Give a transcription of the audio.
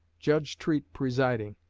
judge treat presiding,